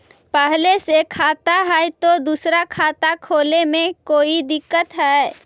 पहले से खाता है तो दूसरा खाता खोले में कोई दिक्कत है?